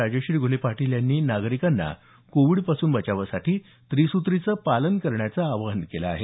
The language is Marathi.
राजश्री घुले पाटील यांनी नागरिकांना कोविडपासून बचावासाठी त्रिसुत्रींचं पालन करण्याचं आवाहन केलं आहे